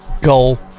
Goal